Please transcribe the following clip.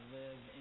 live